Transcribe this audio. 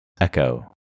Echo